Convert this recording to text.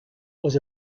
was